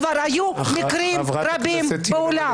כבר היו מקרים רבים בעולם.